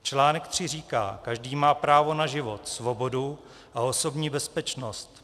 Článek 3 říká: Každý má právo na život, svobodu a osobní bezpečnost.